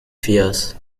fears